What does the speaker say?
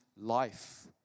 life